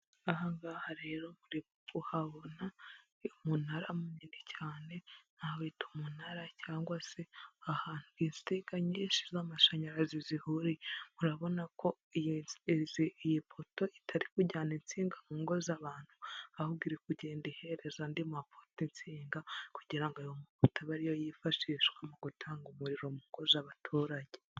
Aha ngaha rero, muri kuhabona umunara munini cyane nawita umunara cyangwa se ahantu insinga nyinshi z'amashanyarazi zihuriye. Murabona ko iyi poto itari kujyana insinga mu ngo z'abantu, ahubwo iri kugenda ihereza andi mapoto insinga kugira ngo ayo mapoto abe ari yo yifashishwa mu gutanga umuriro mu ngo z'abaturage.